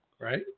Right